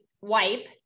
wipe